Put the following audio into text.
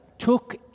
took